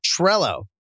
Trello